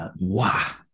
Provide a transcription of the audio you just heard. wow